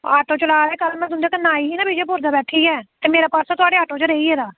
आं कल्ल में तुंदे कन्नै आई ही ना विजयपुर दा बैठियै ते मेरा पर्स थुआढ़े ऑटो च रेही गेदा